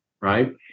right